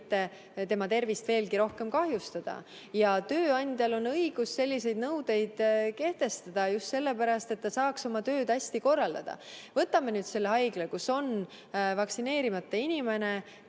tema tervist ei tohi rohkem kahjustada. Tööandjal on õigus selliseid nõudeid kehtestada just sellepärast, et ta saaks oma tööd hästi korraldada. Võtame nüüd selle haigla, kus on vaktsineerimata töötaja